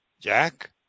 Jack